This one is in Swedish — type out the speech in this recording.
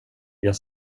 jag